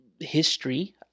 history